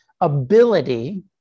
ability